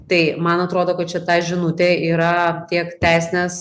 tai man atrodo kad šita žinutė yra tiek teisinės